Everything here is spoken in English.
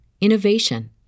innovation